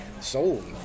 sold